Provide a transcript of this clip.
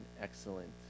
excellent